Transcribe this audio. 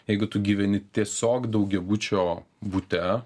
jeigu tu gyveni tiesiog daugiabučio bute